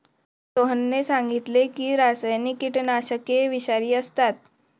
सोहनने सांगितले की रासायनिक कीटकनाशके विषारी असतात